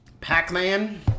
Pac-Man